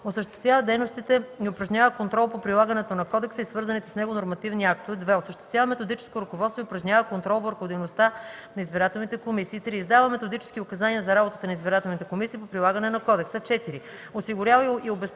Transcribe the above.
осъществява дейностите и упражнява контрол по прилагането на кодекса и свързаните с него нормативни актове; 2. осъществява методическо ръководство и упражнява контрол върху дейността на избирателните комисии; 3. издава методически указания за работата на избирателните комисии по прилагане на кодекса; 4. осигурява и обезпечава